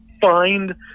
find